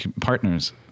partners